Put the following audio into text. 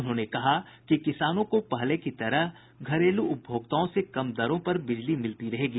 उन्होंने कहा कि किसानों को पहले की तरह ही घरेलू उपभोक्ताओं से कम दरों पर बिजली मिलती रहेगी